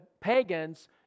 pagans